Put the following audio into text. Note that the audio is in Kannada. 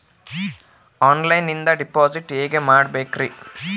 ಆನ್ಲೈನಿಂದ ಡಿಪಾಸಿಟ್ ಹೇಗೆ ಮಾಡಬೇಕ್ರಿ?